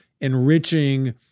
enriching